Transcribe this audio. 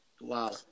Wow